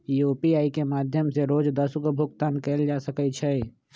UPI के माध्यम से रोज दस गो भुगतान कयल जा सकइ छइ